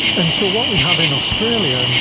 and so what we have in australia, and